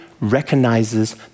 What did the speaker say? recognizes